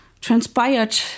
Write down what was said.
transpired